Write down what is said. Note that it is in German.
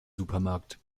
supermarkt